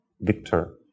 Victor